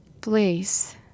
Please